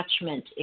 attachment